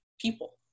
people